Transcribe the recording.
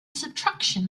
subtraction